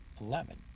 eleven